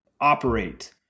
operate